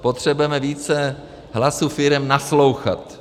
Potřebujeme více hlasu firem naslouchat.